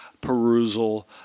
perusal